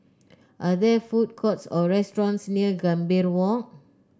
are there food courts or restaurants near Gambir Walk